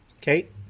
Kate